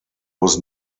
was